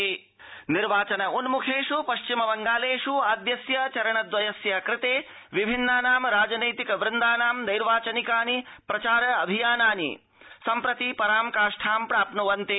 पश्चिमबंगालम् नैर्वाचनिकप्रचार निर्वाचन उन्मुखेष् पश्चिम बंगालेष् आद्यस्य चरण द्वयस्य कृते विभिन्नानां राजनैतिक वृन्दानां नैर्वाचनिकानि प्रचार अभियानानि सम्प्रति परा काष्ठां प्राप्नुवन्ति